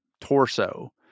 torso